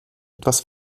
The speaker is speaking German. etwas